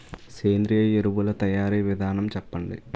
సేంద్రీయ ఎరువుల తయారీ విధానం చెప్పండి?